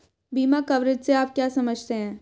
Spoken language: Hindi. बीमा कवरेज से आप क्या समझते हैं?